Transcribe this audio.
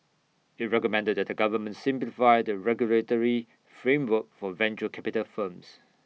IT recommended that the government simplify the regulatory framework for venture capital firms